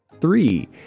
three